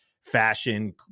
fashion